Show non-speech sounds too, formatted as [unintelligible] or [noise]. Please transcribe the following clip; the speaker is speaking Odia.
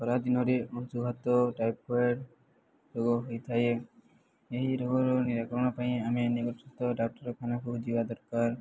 ଖରାଦିନରେ ଅଂଶୁଘାତ ଟାଇଫଏଡ଼୍ ରୋଗ ହୋଇଥାଏ ଏହି ରୋଗରୁ ନିରାକରଣ ପାଇଁ ଆମେ [unintelligible] ଡାକ୍ତରଖାନାକୁ ଯିବା ଦରକାର